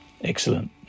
excellent